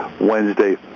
wednesday